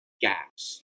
gaps